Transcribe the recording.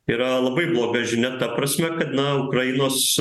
yra labai bloga žinia ta prasme kad na ukrainos